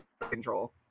control